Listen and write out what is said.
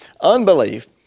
Unbelief